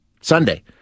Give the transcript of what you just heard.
Sunday